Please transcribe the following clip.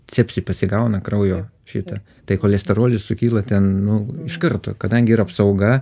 cepsį pasigauna kraujo šitą tai cholesterolis sukyla ten iš karto kadangi ir apsauga